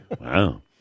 Wow